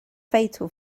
fatal